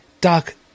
Doc